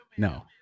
No